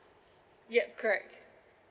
yup correct